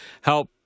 help